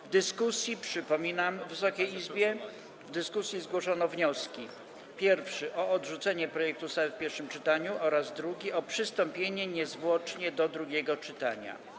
W dyskusji, przypominam Wysokiej Izbie, zgłoszono wnioski: pierwszy, o odrzucenie projektu ustawy w pierwszym czytaniu, oraz drugi, o przystąpienie niezwłocznie do drugiego czytania.